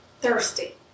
Thirsty